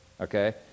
Okay